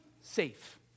safe